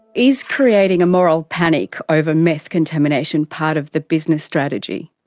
is creating a moral panic over meth contamination part of the business strategy?